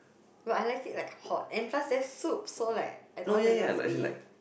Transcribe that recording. but I like it like hot and plus there's soup so like I don't want the noodles to be